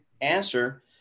answer